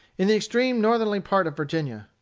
in the extreme northerly part of virginia.